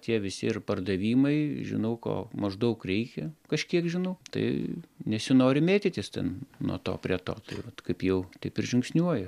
tie visi ir pardavimai žinau ko maždaug reikia kažkiek žinau tai nesinori mėtytis ten nuo to prie to tai vat kaip jau taip ir žingsniuoju